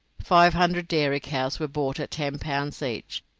five hundred dairy cows were bought at ten pounds each,